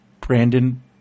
Brandon